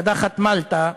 קדחת מלטה,